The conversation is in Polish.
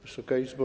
Wysoka Izbo!